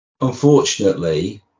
Unfortunately